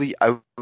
out